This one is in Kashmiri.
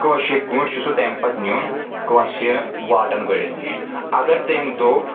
کٲشِر پٲٹھۍ چھُ سُہ تمہِ پتہٕ نیُن کٲنٛسہِ واٹَن گٔرِس نِش اگر تٔمۍ دوٚپ